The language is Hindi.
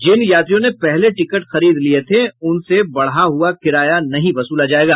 जिन यात्रियों ने पहले टिकट खरीद लिए थे उनसे बढ़ा हुआ किराया नहीं वसूला जाएगा